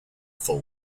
full